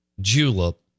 Julep